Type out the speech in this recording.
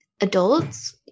adults